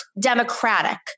democratic